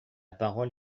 parole